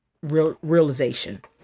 realization